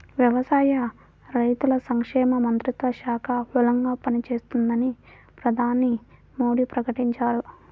వ్యవసాయ, రైతుల సంక్షేమ మంత్రిత్వ శాఖ బలంగా పనిచేస్తుందని ప్రధాని మోడీ ప్రకటించారు